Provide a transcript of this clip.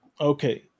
Okay